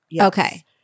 Okay